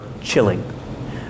chilling